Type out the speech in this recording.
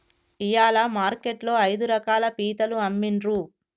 ఇయాల మార్కెట్ లో ఐదు రకాల పీతలు అమ్మిన్రు